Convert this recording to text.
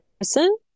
person